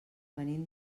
venim